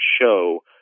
show